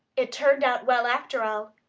it turned out well after all.